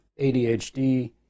ADHD